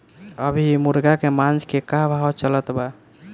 अभी मुर्गा के मांस के का भाव चलत बा?